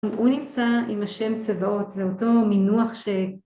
הוא נמצא עם השם צבאות, זה אותו מינוח ש...